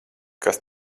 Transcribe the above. kas